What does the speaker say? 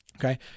okay